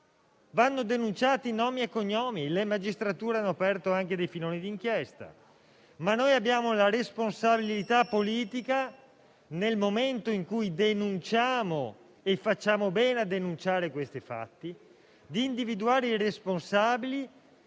vanno denunciati nomi e cognomi. Le magistrature hanno aperto dei filoni d'inchiesta, ma noi abbiamo la responsabilità politica, nel momento in cui denunciamo e facciamo bene a denunciare fatti del genere, di individuare i responsabili